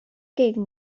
gegen